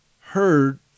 heard